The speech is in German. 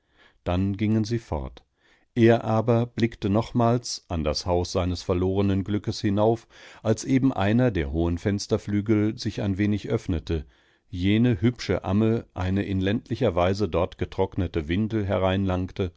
dann gingen sie fort er aber blickte nochmals an das haus seines verlorenen glückes hinauf als eben einer der hohen fensterflügel sich ein wenig öffnete jene hübsche amme eine in ländlicher weise dort getrocknete